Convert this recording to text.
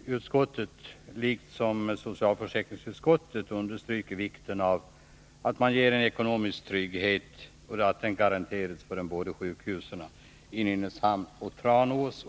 finansutskottet liksom socialförsäkringsutskottet understryka vikten av att ekonomisk trygghet garanteras för de båda sjukhusen i Nynäshamn och Tranås.